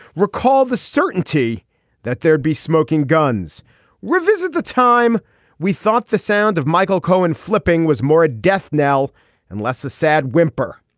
recall the certainty that there'd be smoking guns revisit the time we thought the sound of michael cohen flipping was more a death now and less a sad whimper